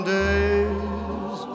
days